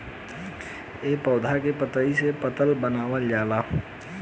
ए पौधा के पतइ से पतल बनावल जाला